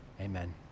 Amen